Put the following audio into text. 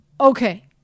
okay